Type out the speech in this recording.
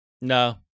No